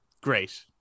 great